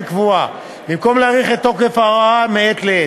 קבועה במקום להאריך את תוקף ההוראה מעת לעת.